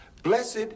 Blessed